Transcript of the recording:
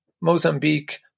Mozambique